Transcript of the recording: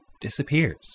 Disappears